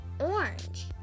orange